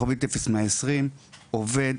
*0120 עובד,